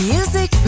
Music